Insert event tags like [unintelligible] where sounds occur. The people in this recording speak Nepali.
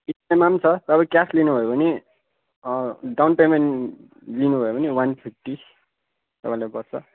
[unintelligible] छ तर क्यास लिनु भयो भने डाउन पेमेन्ट लिनु भयो भने वान फिप्टी तपाईँलाई पर्छ